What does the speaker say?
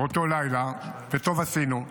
באותו לילה, וטוב עשינו,